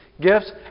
gifts